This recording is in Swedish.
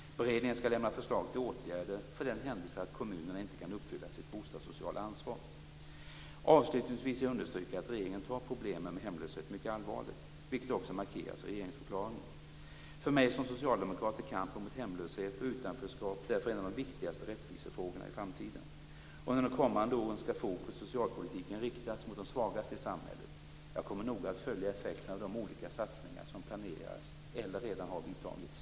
Beredningen skall lämna förslag till åtgärder för den händelse att kommunerna inte kan uppfylla sitt bostadssociala ansvar. Avslutningsvis vill jag understryka att regeringen tar problemen med hemlöshet mycket allvarligt, vilket också markeras i regeringsförklaringen. För mig som socialdemokrat är kampen mot hemlöshet och utanförskap därför en av de viktigaste rättvisefrågorna inför framtiden. Under de kommande åren skall fokus i socialpolitiken riktas mot de svagaste i samhället. Jag kommer noga att följa effekterna av de olika satsningar som planeras eller redan har vidtagits.